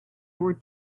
were